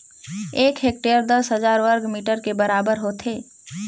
एक हेक्टेयर दस हजार वर्ग मीटर के बराबर होथे